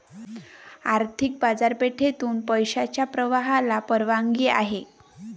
आर्थिक बाजारपेठेतून पैशाच्या प्रवाहाला परवानगी आहे